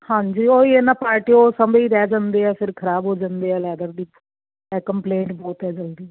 ਹਾਂਜੀ ਉਹੀ ਇਹਨਾਂ ਪਾਰਟੀ ਉਹ ਸਮਝ ਹੀ ਰਹਿ ਜਾਂਦੇ ਆ ਫਿਰ ਖਰਾਬ ਹੋ ਜਾਂਦੇ ਆ ਲੈਦਰ ਦੀ ਕੰਪਲੇਂਟ ਬਹੁਤ ਜਲਦੀ